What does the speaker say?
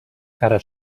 cara